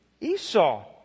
Esau